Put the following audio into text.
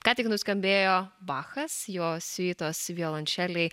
ką tik nuskambėjo bachas jo siuitos violončelei